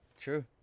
True